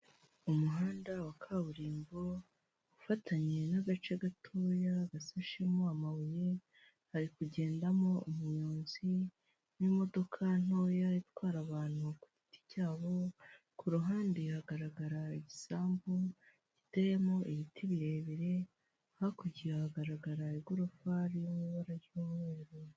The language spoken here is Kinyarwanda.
Umuhanda wa kaburimbo ufatanye n'agace gatoya gashashemo amabuye hari kugendamo umuyobozi w'imodoka ntoya itwara abantu ku giti cyabo, ku ruhande hagaragara igisambu giteyemo ibiti birebire, hakurya ahagaragara igorofa riri mu ibara ry'umweru.